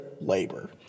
labor